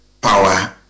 power